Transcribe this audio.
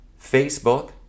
Facebook